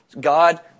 God